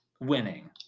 winning